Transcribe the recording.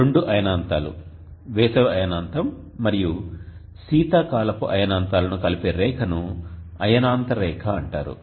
రెండు అయనాంతాలు వేసవి అయనాంతం మరియు శీతాకాలపు అయనాంతాలను కలిపే రేఖను అయనాంత రేఖ అంటారు